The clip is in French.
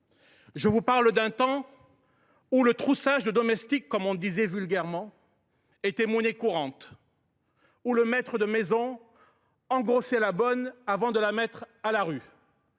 Je vous parle d’un temps où le troussage de domestiques, comme on le disait vulgairement, était monnaie courante, où le maître de maison engrossait la bonne avant de la mettre à la rue.